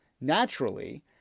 Naturally